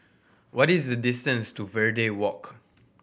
what is the distance to Verde Walk